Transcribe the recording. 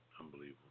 Unbelievable